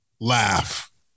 laugh